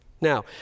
Now